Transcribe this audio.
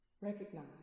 recognize